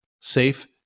safe